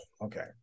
okay